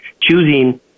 choosing